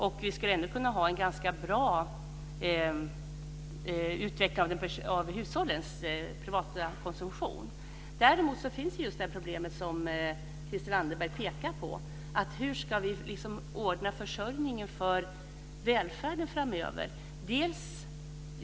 Ändå skulle vi kunna ha en ganska bra utveckling när det gäller hushållens privata konsumtion. Men sedan har vi det problem som Christel Anderberg pekar på. Hur ska vi alltså ordna försörjningen för välfärden framöver?